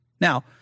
Now